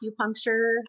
acupuncture